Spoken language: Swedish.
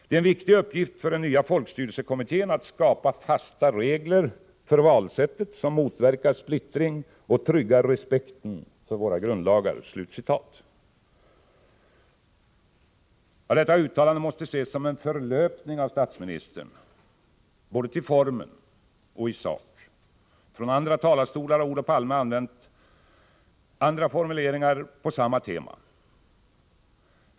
Det är en viktig uppgift för den nya folkstyrelsekommittén att skapa fasta regler för valsättet som motverkar splittring och tryggar respekten för våra grundlagar.” Detta uttalande måste både till formen och i sak ses som en förlöpning av statsministern. Från andra talarstolar har Olof Palme använt andra formuleringar på samma tema.